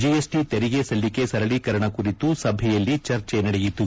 GST ತೆರಿಗೆ ಸಲ್ಲಿಕೆ ಸರಳೀಕರಣ ಕುರಿತು ಸಭೆಯಲ್ಲಿ ಚರ್ಚೆ ನಡೆಯಿತು